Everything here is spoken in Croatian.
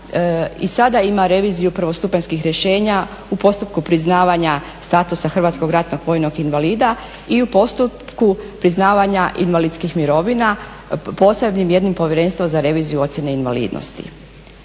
i sada ima reviziju prvostupanjskih rješenja u postupku priznavanja statusa Hrvatskog ratnog vojnog invalida i u postupku priznavanja invalidskih mirovina posebnim jednim povjerenstvom za reviziju ocjene invalidnosti.